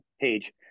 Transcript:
page